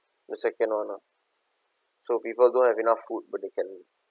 the second one ah so people don't have enough food but they can